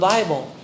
Bible